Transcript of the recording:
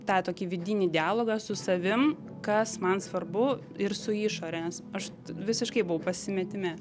tą tokį vidinį dialogą su savim kas man svarbu ir su išore nes aš visiškai buvau pasimetime